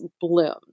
bloom